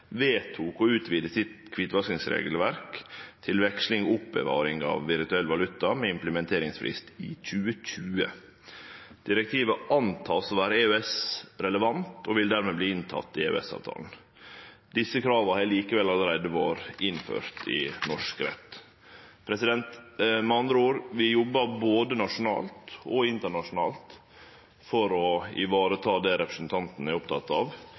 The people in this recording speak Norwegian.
vedtok å utvide kvitvaskingsregelverket sitt til veksling og oppbevaring av virtuell valuta, med implementeringsfrist i 2020. Ein antek at direktivet er EØS-relevant og dermed vil verte teke inn i EØS-avtala. Desse krava har likevel allereie vorte innførte i norsk rett. Med andre ord: Vi jobbar både nasjonalt og internasjonalt for å vareta det som representanten er oppteken av.